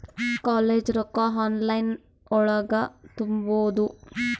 College ರೊಕ್ಕ online ಒಳಗ ತುಂಬುದು?